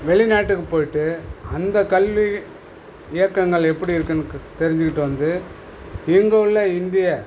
வெளிநாட்டுக்கு போய்ட்டு அந்த கல்வி இயக்கங்கள் எப்படி இருக்குதுன்னு தெரிஞ்சுக்கிட்டு வந்து இங்கே உள்ள இந்திய